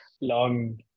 long